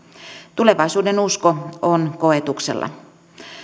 tulevaisuudenusko on koetuksella